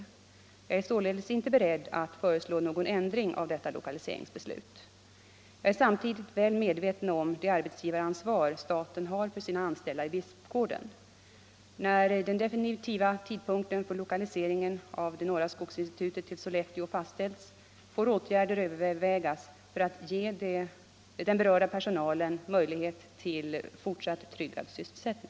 Jag är således inte beredd att föreslå någon ändring av detta lokaliseringsbeslut. Jag är samtidigt väl medveten om det arbetsgivaransvar staten har för sina anställda i Bispgården. När den definitiva tidpunkten för lokaliseringen av det norra skogsinstitutet till Sollefteå fastställts får åtgärder övervägas för att ge den berörda personalen möjlighet till fortsatt tryggad sysselsättning.